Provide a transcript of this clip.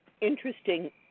interesting